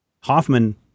Hoffman